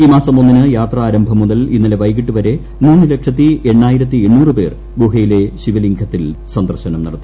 ഈ മാസം ഒന്നിന് യാത്രാരംഭം മുതൽ ഇന്നലെ വൈകിട്ട് വരെ മൂന്ന് ലക്ഷത്തി എണ്ണായിരത്തി എണ്ണൂറ് പേർ ഗുഹയിലെ ശിവലിംഗത്തിൽ സന്ദർശനം നടത്തി